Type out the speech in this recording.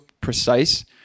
precise